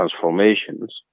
transformations